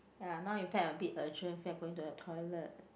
ya now in fact I'm a bit urgent feel like going to the toilet